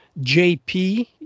JP